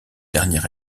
dernier